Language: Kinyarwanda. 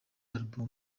album